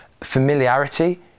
familiarity